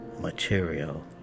material